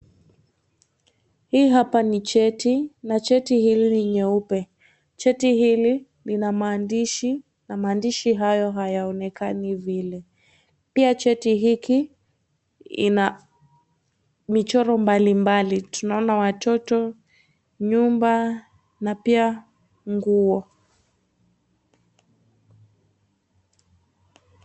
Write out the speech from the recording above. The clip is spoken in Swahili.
Hii hapa ni cheti na cheti hili ni nyeupe. Cheti hili lina maandishi na maaidshi hayo hayaonekani vile pia cheti hiki ina michoro mbalimbali tunaona watoto , nyumba na pia nguo.